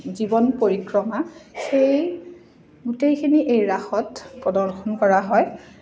জীৱন পৰিক্ৰমা সেই গোটেইখিনি এই ৰাসত প্ৰদৰ্শন কৰা হয়